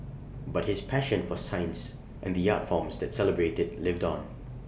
but his passion for science and the art forms that celebrate IT lived on